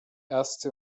erste